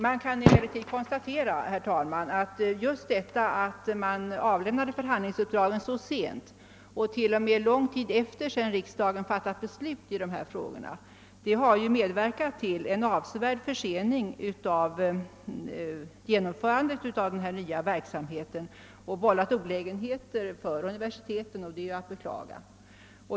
Det kan konstateras, herr talman, att just detta att förhandlingsuppdragen avlämnades så sent — t.o.m. lång tid ef ter det att riksdagen fattat beslut i dessa frågor — har medverkat till en avsevärd försening av genomförandet av denna nya verksamhet och vållat olägenheter för universiteten, vilket är att beklaga.